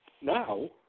now